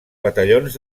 batallons